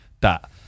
that-